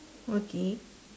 okay